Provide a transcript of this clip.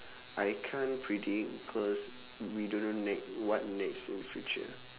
I can't predict cause we don't know ne~ what next in future